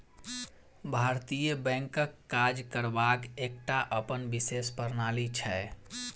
भारतीय बैंकक काज करबाक एकटा अपन विशेष प्रणाली छै